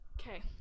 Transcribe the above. Okay